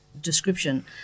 description